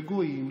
בגויים,